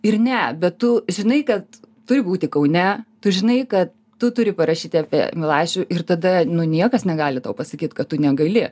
ir ne bet tu žinai kad turi būti kaune tu žinai kad tu turi parašyti apie milašių ir tada nu niekas negali tau pasakyt kad tu negaili